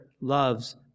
loves